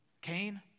Cain